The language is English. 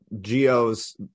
Geo's